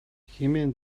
хэмээн